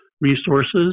resources